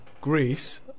Greece